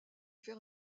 faire